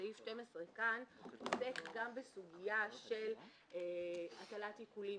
סעיף 12 כאן עוסק בסוגיה של הטלת עיקולים,